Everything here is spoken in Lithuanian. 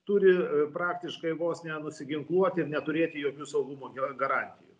turi praktiškai vos ne nusiginkluoti ir neturėti jokių saugumo ge garantijų